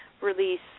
release